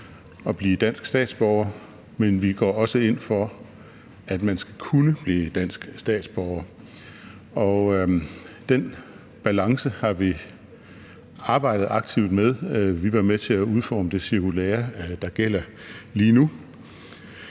at blive dansk statsborger, men vi går også ind for, at man skal kunne blive dansk statsborger, og den balance har vi arbejdet aktivt med. Vi var med til at udforme det cirkulære, der gælder lige nu.